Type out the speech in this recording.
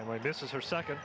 and i this is her second